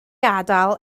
adael